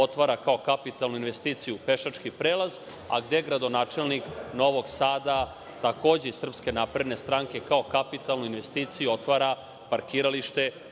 otvara kao kapitalnu investiciju pešački prelaz, a gde gradonačelnik Novog Sada, takođe iz SNS, kao kapitalnu investiciju otvara parkiralište